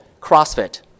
CrossFit